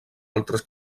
altres